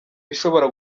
bishobora